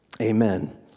Amen